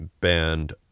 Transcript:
band